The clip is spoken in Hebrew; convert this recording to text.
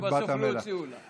בסוף לא הוציאו לה.